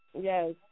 Yes